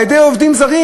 על-ידי עובדים זרים.